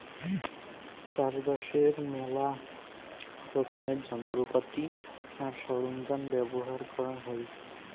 চাষবাসের মেলা রকমের যন্ত্রপাতি আর সরঞ্জাম ব্যবহার করাং হই